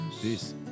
Peace